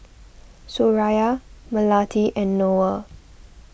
Suraya Melati and Noah